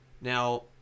Now